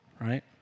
Right